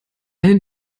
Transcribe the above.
eine